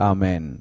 Amen